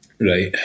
right